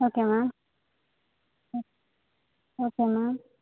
okay ma'am hmm okay ma'am